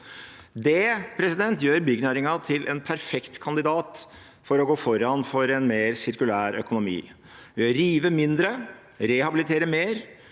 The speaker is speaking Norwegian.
betong. Det gjør byggenæringen til en perfekt kandidat til å gå foran for en mer sirkulær økonomi. Ved å rive mindre, rehabilitere mer,